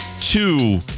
two